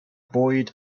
bwyd